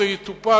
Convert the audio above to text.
זה יטופל,